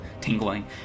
tingling